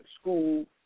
school